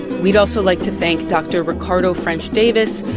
we'd also like to thank dr. ricardo ffrench-davis,